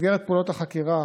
במסגרת פעולות החקירה